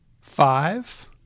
five